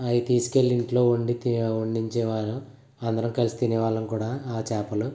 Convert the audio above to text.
అవి తీసుకు వెళ్ళి ఇంట్లో వండితే వండించే వాళ్ళం అందరం కలిసి తినే వాళ్ళం కూడా ఆ చేపలు